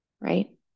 right